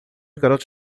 garotos